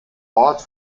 ort